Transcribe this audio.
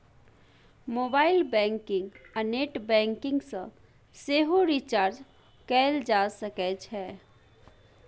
mobile banking आ net banking सँ सेहो रिचार्ज कएल जा सकै छै